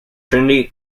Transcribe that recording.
trinity